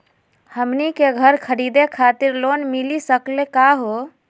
हमनी के घर खरीदै खातिर लोन मिली सकली का हो?